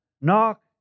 Knock